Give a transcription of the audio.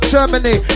Germany